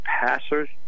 passers